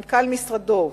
מנכ"ל משרדו,